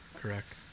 Correct